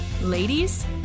ladies